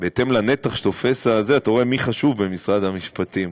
בהתאם לנתח שזה תופס אתה רואה מי חשוב במשרד המשפטים,